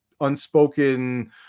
unspoken